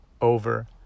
over